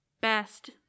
best